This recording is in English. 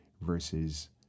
versus